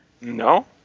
No